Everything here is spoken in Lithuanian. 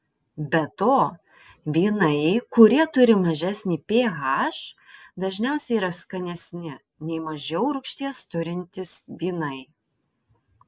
be to vynai kurie turi mažesnį ph dažniausiai yra skanesni nei mažiau rūgšties turintys vynai